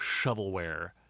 shovelware